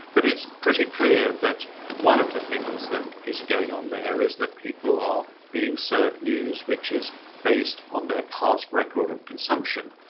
but it's pretty clear that one of the things that is going on there is that people are being served news which is based on their past record of consumption.